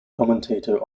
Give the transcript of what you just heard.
commentator